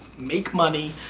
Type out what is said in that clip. make money.